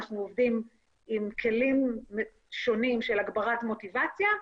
אנחנו עובדים עם כלים שונים של הגברת מוטיבציה,